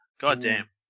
Goddamn